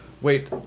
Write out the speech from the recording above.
Wait